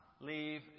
leave